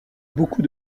beaucoup